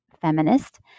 feminist